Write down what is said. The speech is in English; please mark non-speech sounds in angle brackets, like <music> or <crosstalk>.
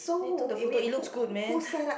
they took the photo it looks good man <breath>